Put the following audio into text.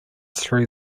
through